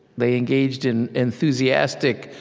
they engaged in enthusiastic,